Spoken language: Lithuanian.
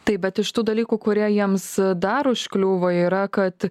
taip bet iš tų dalykų kurie jiems dar užkliūva yra kad